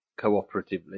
cooperatively